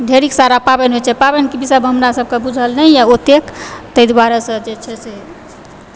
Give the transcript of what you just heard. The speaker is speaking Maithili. ढेरिक सारा पाबनि होइ छै पाबनिके विध हमरा सभके बुझल नहि ओतेक तै दुआरे जे छै से